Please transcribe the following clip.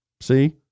See